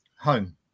Home